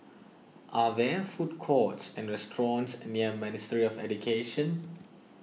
are there food courts and restaurants near Ministry of Education